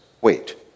Wait